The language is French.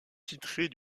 titrés